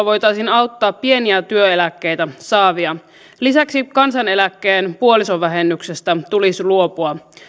voitaisiin auttaa pieniä työeläkkeitä saavia lisäksi kansaneläkkeen puolisovähennyksestä tulisi luopua